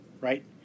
right